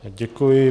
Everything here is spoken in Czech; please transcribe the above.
Děkuji.